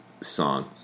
song